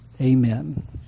amen